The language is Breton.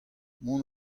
mont